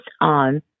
on